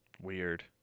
Weird